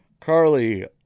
Carly